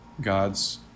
God's